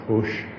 push